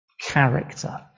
character